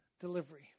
delivery